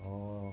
oh